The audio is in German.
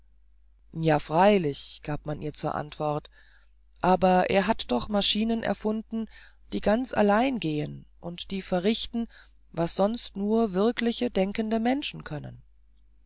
ja freilich gab man ihr zur antwort aber er hat doch maschinen erfunden die ganz allein gehen und die verrichten was sonst nur wirkliche denkende menschen können